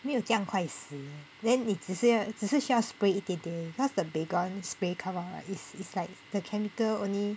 没有这样快死 then 你只是要只是需要 spray 一点点 because the baygon spray come out right it's it's like the chemical only